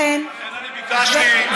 לכן אני ביקשתי משפט אחד, שיתנצל.